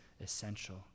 essential